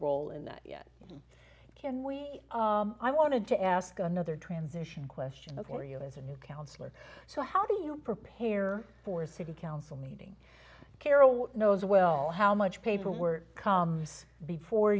role in that yet can we i wanted to ask another transition question for you as a new counselor so how do you prepare for a city council meeting carol knows well how much paperwork comes before